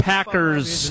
Packers